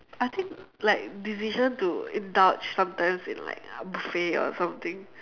I think like decision to indulge sometimes in like buffet or something